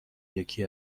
یکی